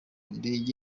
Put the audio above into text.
ndege